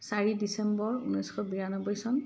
চাৰি ডিচেম্বৰ ঊনৈছশ বিয়ান্নব্বৈ চন